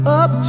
up